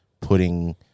putting